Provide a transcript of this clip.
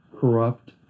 corrupt